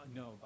no